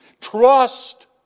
trust